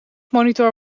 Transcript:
monitor